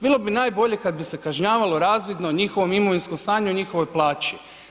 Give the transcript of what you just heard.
Bilo bi najbolje kad bi se kažnjavalo razvidno njihovom imovinskom stanju i njihovoj plaći.